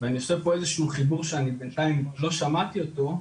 ואני עושה פה איזשהו חיבור שאני בינתיים לא שמעתי אותו,